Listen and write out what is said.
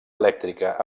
elèctrica